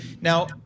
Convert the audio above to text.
Now